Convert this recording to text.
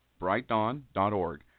brightdawn.org